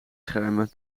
schermen